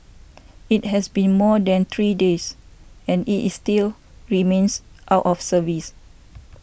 it has been more than three days and it is still remains out of service